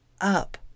up